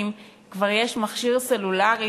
כבר יש מכשיר סלולרי,